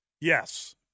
Yes